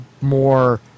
more